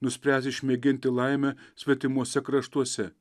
nuspręs išmėginti laimę svetimuose kraštuose